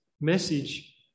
message